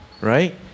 Right